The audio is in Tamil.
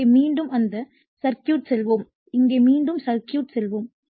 எனவே மீண்டும் அந்த சர்க்யூட்க்குச் செல்வோம் இங்கே மீண்டும் சர்க்யூட்க்குச் செல்வோம்